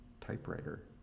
typewriter